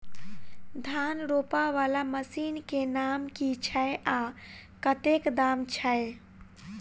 धान रोपा वला मशीन केँ नाम की छैय आ कतेक दाम छैय?